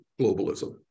globalism